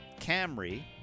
Camry